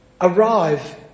arrive